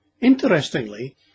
Interestingly